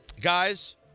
Guys